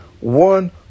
one